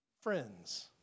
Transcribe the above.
friends